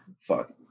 fuck